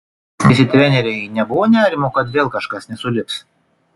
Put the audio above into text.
kai lokomotiv keitėsi treneriai nebuvo nerimo kad vėl kažkas nesulips